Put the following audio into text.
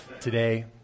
today